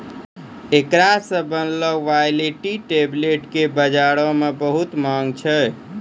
एकरा से बनलो वायटाइलिटी टैबलेट्स के बजारो मे बहुते माँग छै